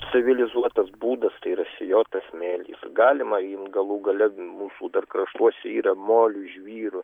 civilizuotas būdas tai yra sijotas smėlis galima jum galų gale mūsų kraštuose yra molių žvyrų